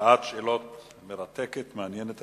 שעת שאלות מרתקת, מעניינת.